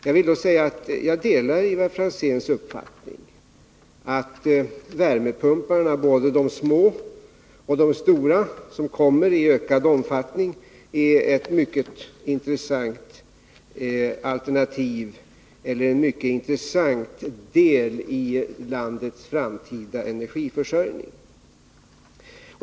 Jag vill säga att jag delar Ivar Franzéns uppfattning att både de små och de stora värmepumparna som mer och mer kommer till användning utgör en mycket intressant del av landets framtida energiförsörjning.